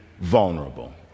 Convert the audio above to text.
vulnerable